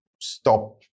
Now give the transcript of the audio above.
stop